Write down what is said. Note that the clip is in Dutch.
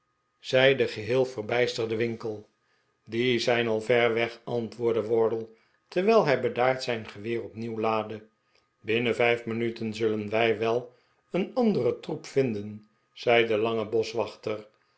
de geheel verbijsterde winkle die zijn al ver weg antwoordde wardle terwijl hij bedaard zijn geweer opnieuw laadde binnen vijf minuten zullen wij wel een anderen troep vinden zei de lange boschwachter